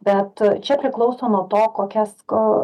bet čia priklauso nuo to kokias ko